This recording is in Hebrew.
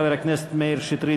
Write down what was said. חבר הכנסת מאיר שטרית,